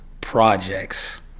projects